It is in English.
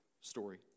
story